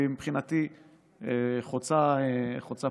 ומבחינתי היא חוצה פוליטיקה.